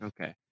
Okay